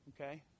Okay